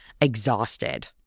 exhausted